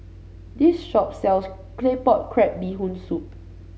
this shop sells Claypot Crab Bee Hoon Soup